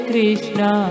Krishna